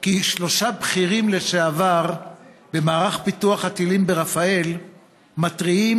כי שלושה בכירים לשעבר במערך פיתוח הטילים ברפאל מתריעים